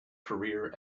career